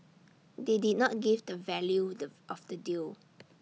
they did not give the value dove of the deal